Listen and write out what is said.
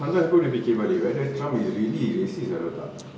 sometimes aku ada fikir balik whether trump is really racist atau tak